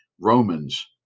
Romans